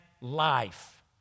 life